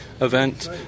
Event